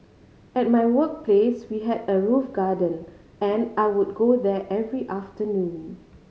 at my workplace we had a roof garden and I would go there every afternoon